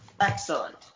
Excellent